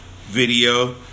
video